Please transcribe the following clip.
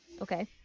Okay